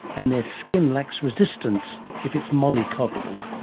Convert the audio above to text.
and their skin lacks resistance if it's mollycoddled.